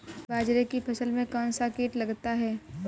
बाजरे की फसल में कौन सा कीट लगता है?